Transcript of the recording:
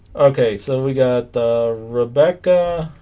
okay so we got the rebecca